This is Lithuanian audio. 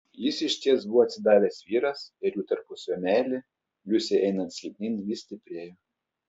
jis išties buvo atsidavęs vyras ir jų tarpusavio meilė liusei einant silpnyn vis stiprėjo